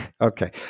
Okay